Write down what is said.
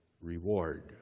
reward